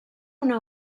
una